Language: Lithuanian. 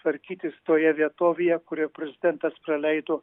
tvarkytis toje vietovėje kurioje prezidentas praleido